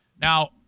Now